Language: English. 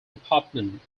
department